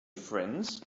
friends